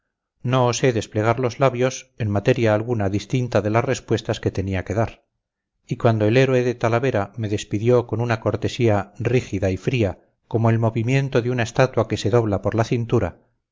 no osé desplegar los labios en materia alguna distinta de las respuestas que tenía que dar y cuando el héroe de talavera me despidió con una cortesía rígida y fría como el movimiento de una estatua que se dobla por la cintura